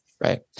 Right